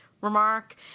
remark